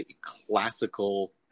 classical